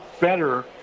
better